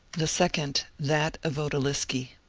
the second that of outaliski.